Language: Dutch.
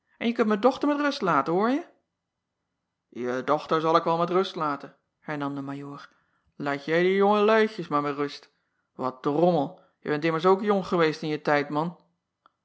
en je kunt mijn dochter met rust laten hoorje e dochter zal ik wel met rust laten hernam de ajoor laat jij die jonge luidjes maar met rust at drommel je bent immers ook jong geweest in je tijd man